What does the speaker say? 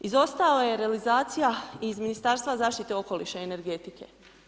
Izostala je realizacija iz Ministarstva zaštite okoliša i energetike.